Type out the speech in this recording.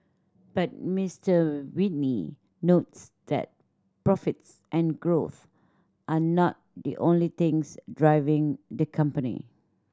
but Mister Whitney notes that profits and growth are not the only things driving the company